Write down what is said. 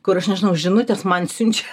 kur aš nežinau žinutes man siunčia